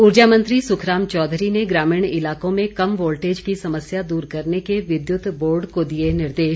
ऊर्जा मंत्री सुखराम चौधरी ने ग्रामीण इलाकों में कम वोल्टेज की समस्या दूर करने के विद्युत बोर्ड को दिए निर्देश